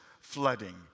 flooding